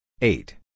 Eight